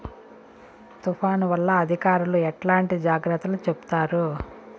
తుఫాను వల్ల అధికారులు ఎట్లాంటి జాగ్రత్తలు చెప్తారు?